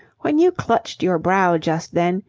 when you clutched your brow just then,